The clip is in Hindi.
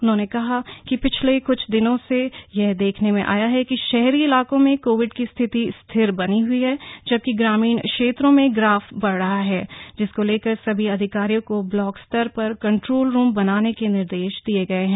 उन्होने कहा कि पिछले कुछ दिनों से यह देखने में आया है कि शहरी इलाकों में कोविड की स्थिति स्थिर बनी हुई है जबकि ग्रामीण क्षेत्रों में ग्राफ बढ़ रहा है जिसको लेकर सभी अधिकारियों को ब्लॉक स्तर पर कंट्रोल रूम बनाने के निर्देश दिए गए हैं